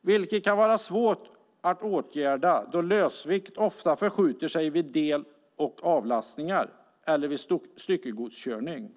Det kan vara svårt att åtgärda då lösvikt ofta förskjuter sig vid del och avlastningar eller vid styckegodskörning.